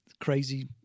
crazy